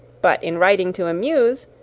but in writing to amuse,